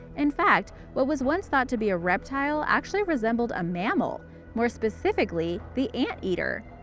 in fact, what was once thought to be a reptile actually resembled a mammal more specifically, the anteater.